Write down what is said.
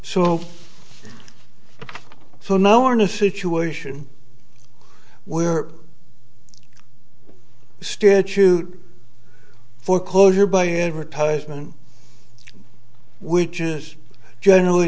so for now we're in a situation where the statute for closure by a advertisement which is generally